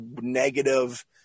negative